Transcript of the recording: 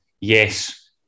yes